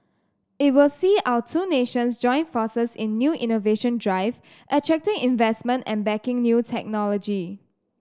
it will see our two nations join forces in a new innovation drive attracting investment and backing new technology